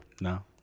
No